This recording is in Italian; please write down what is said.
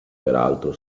peraltro